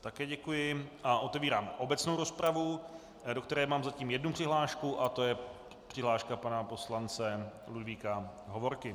Také děkuji a otevírám obecnou rozpravu, do které mám zatím jednu přihlášku, je to přihláška pana poslance Ludvíka Hovorky.